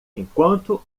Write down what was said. enquanto